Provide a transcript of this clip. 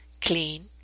clean